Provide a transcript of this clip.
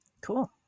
Cool